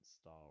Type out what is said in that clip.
star